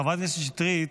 חברת הכנסת שטרית.